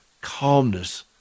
calmness